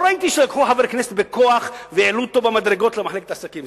לא ראיתי שלקחו חבר כנסת בכוח והעלו אותו במדרגות למחלקת עסקים,